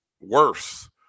worse